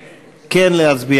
איתן כבל,